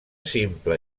simple